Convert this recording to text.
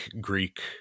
greek